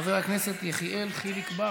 חבר הכנסת יחיאל חיליק בר,